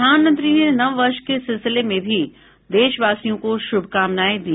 प्रधानमंत्री ने नव वर्ष के सिलसिले में भी देशवासियों को शुभकामनाएं दी